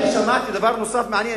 שמעתי דבר נוסף מעניין.